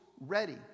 ready